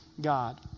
God